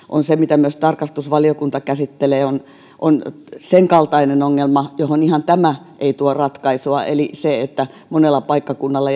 on se mitä myös tarkastusvaliokunta käsittelee senkaltainen ongelma johon ihan tämä ei tuo ratkaisua eli se että monella paikkakunnalla